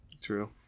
True